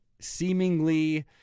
seemingly